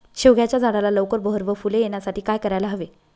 शेवग्याच्या झाडाला लवकर बहर व फूले येण्यासाठी काय करायला हवे?